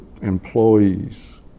employees